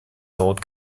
sold